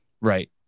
Right